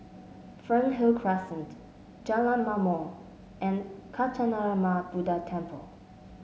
Fernhill Crescent Jalan Ma'mor and Kancanarama Buddha Temple